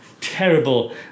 Terrible